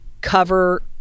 cover